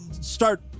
start